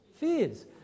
fears